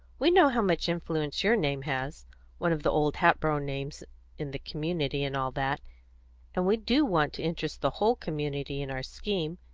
we know how much influence your name has one of the old hatboro' names in the community, and all that and we do want to interest the whole community in our scheme.